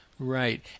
Right